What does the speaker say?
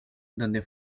donde